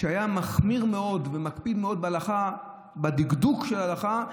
שהיה מחמיר מאוד ומקפיד מאוד בדקדוק של ההלכה,